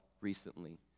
recently